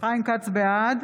בעד